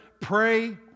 pray